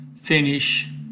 finish